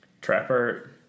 Trapper